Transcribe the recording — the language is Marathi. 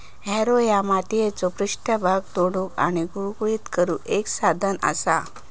हॅरो ह्या मातीचो पृष्ठभाग तोडुक आणि गुळगुळीत करुक एक साधन असा